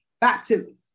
baptism